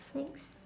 next